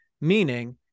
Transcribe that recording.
Meaning